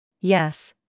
Yes